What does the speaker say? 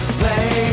play